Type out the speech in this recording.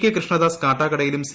K Krishnadas കാട്ടാക്കടയിലും C